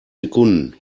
sekunden